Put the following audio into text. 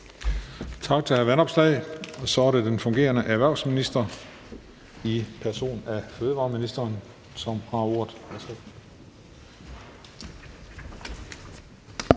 Tak til hr. Alex Vanopslagh. Så er det den fg. erhvervsminister i skikkelse af fødevareministeren, som har ordet.